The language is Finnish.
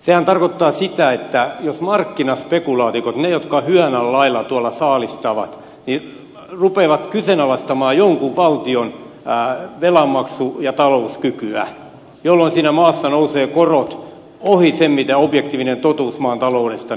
sehän tarkoittaa sitä että jos markkinaspekulantit ne jotka hyeenan lailla tuolla saalistavat rupeavat kyseenalaistamaan jonkun valtion velanmaksu ja talouskykyä jolloin siinä maassa nousevat korot ohi sen mitä objektiivinen totuus maan taloudesta